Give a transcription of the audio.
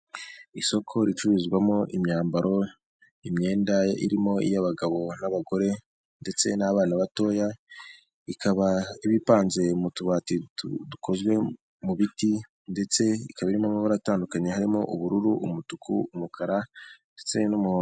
Isoko ricururizwamo imyambaro, imyenda irimo iy'abagabo n'abagore ndetse n'abana batoya, ikaba ibapanze mu tubati dukozwe mu biti ndetse ikaba irimo amabara atandukanye, harimo ubururu, umutuku, umukara ndetse n'umundo.